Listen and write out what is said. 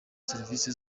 serivisi